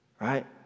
Right